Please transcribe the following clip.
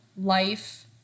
life